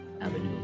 avenue